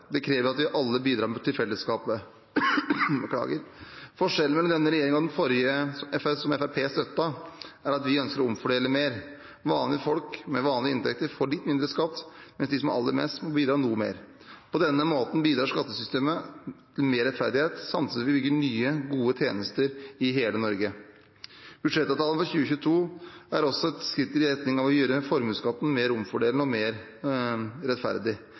Det krever at vi alle bidrar til fellesskapet. Forskjellen mellom denne regjeringen og den forrige, som Fremskrittspartiet støttet, er at vi ønsker å omfordele mer. Vanlige folk med vanlige inntekter får litt mindre skatt, mens de som har aller mest, må bidra noe mer. På denne måten bidrar skattesystemet til mer rettferdighet, samtidig som vi bygger nye, gode tjenester i hele Norge. Budsjettavtalen for 2022 er også et skritt i retning av å gjøre formuesskatten mer omfordelende og mer rettferdig.